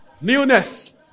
newness